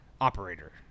Operator